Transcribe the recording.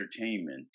entertainment